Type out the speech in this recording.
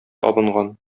абынган